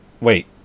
Wait